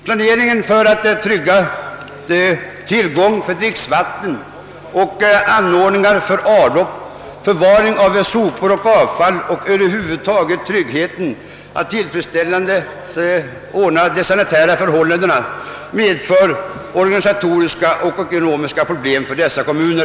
Planeringen för att säkra tillgången på dricksvatten och anordningar för avlopp, förvaring av sopor och avfall och över huvud taget tryggandet av tillfredsställande sanitära förhållanden medför både organisatoriska och ekonomiska problem för dessa kommuner.